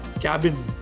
cabin